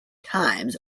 times